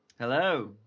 hello